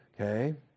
Okay